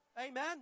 amen